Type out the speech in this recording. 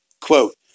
Quote